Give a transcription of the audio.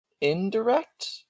Indirect